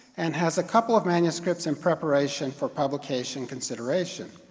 and has a couple of manuscripts in preparation for publication consideration.